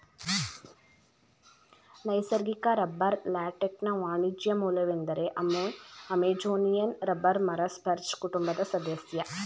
ನೈಸರ್ಗಿಕ ರಬ್ಬರ್ ಲ್ಯಾಟೆಕ್ಸ್ನ ವಾಣಿಜ್ಯ ಮೂಲವೆಂದರೆ ಅಮೆಜೋನಿಯನ್ ರಬ್ಬರ್ ಮರ ಸ್ಪರ್ಜ್ ಕುಟುಂಬದ ಸದಸ್ಯ